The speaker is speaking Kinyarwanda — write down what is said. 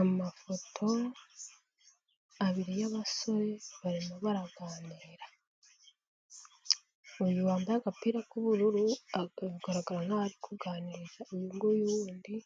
Amafoto abiri y'abasore barimo baraganira. uyu wambaye agapira k'ubururu aragaragara nk'aho ari kuganiriza uyunguyu wundi